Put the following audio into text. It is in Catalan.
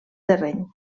terreny